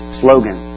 slogan